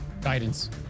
guidance